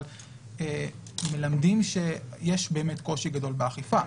אבל מלמדים שיש באמת קושי גדול באכיפה.